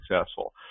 successful